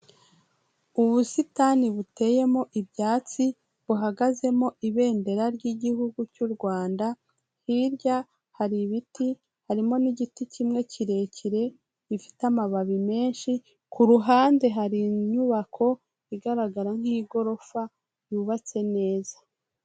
Ubusitani buteyemo ibyatsi, buhagazemo Ibendera ry'Igihugu cy'u Rwanda, hirya hari ibiti harimo n'igiti kimwe kirekire gifite amababi menshi, ku ruhande hari inyubako igaragara nk'igorofa yubatse neza.